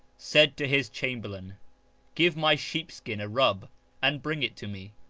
said to his chamberlain give my sheepskin a rub and bring it to me.